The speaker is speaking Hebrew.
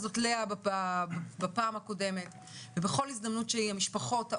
זאת לאה בפעם הקודמת ובכל הזדמנות שהיא המשפחות,